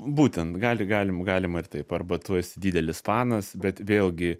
būtent gali galim galima ir taip arba tu esi didelis fanas bet vėlgi